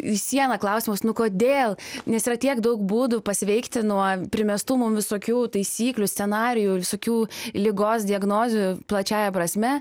į sieną klausimas nu kodėl nes yra tiek daug būdų pasveikti nuo primestų mum visokių taisyklių scenarijų visokių ligos diagnozių plačiąja prasme